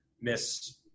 miss